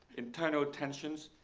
internal tensions,